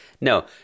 No